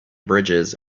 bridges